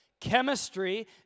Chemistry